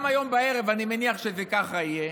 גם היום בערב אני מניח שזה ככה יהיה,